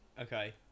okay